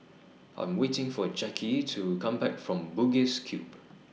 I Am waiting For Jackie to Come Back from Bugis Cube